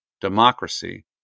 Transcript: democracy